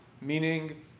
Meaning